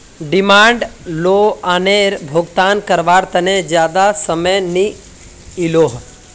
demand लोअनेर भुगतान कारवार तने ज्यादा समय नि इलोह